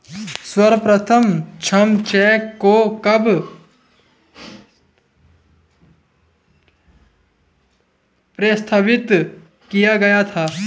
सर्वप्रथम श्रम चेक को कब प्रस्तावित किया गया था?